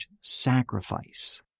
sacrifice